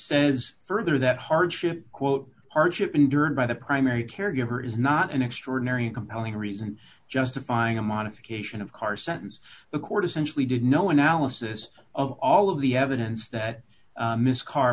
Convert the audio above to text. says further that hardship quote hardship endured by the primary caregiver is not an extraordinary and compelling reason justifying a modification of car sentence the court essentially did no analysis of all of the evidence that this car